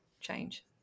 change